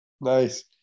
Nice